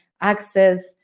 access